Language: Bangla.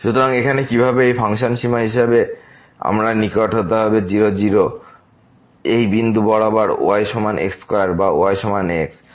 সুতরাং এখানে কিভাবে কি এই ফাংশন সীমা হিসাবে আমরা নিকটে হতে হবে 0 0 এই বরাবর বিন্দু y সমান x স্কয়ার বা y সমান x